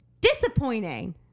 disappointing